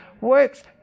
works